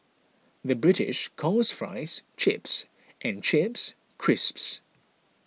the British calls Fries Chips and Chips Crisps